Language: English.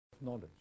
Knowledge